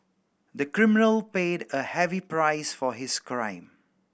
the criminal paid a heavy price for his crime